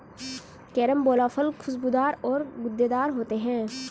carambola फल खुशबूदार और गूदेदार होते है